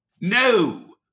No